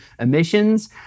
emissions